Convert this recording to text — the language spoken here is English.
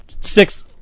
six